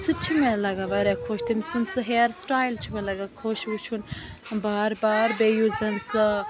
سُہ تہِ چھُ مےٚ لَگان واریاہ خۄش تٔمۍ سُنٛد سُہ ہیر سِٹایِل چھُ مےٚ لَگان خۄش وُچھُن بار بار بیٚیہِ یُس زَن سۄ